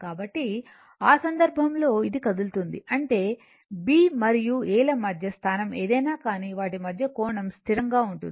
కాబట్టి ఆ సందర్భంలో ఇది కదులుతుంది అంటే B మరియు A ల స్థానం ఏదైనా కానీ వాటి మధ్య కోణం స్థిరంగా ఉంటుంది